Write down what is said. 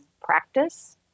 practice